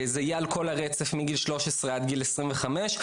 זה יהיה על כל הרצף מגיל שלוש עשרה עד גיל עשרים וחמש,